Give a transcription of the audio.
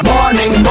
Morning